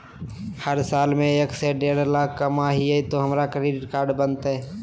हम साल में एक से देढ लाख कमा हिये तो हमरा क्रेडिट कार्ड बनते?